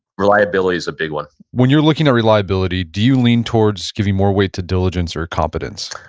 reliability is a big one when you're looking at reliability, do you lean towards giving more weight to diligence or competence?